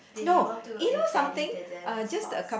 been able to if daddy doesn't force